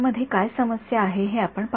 त्यामध्ये काय समस्या आहे ते आपण पाहू